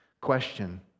question